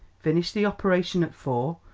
finished the operation at four,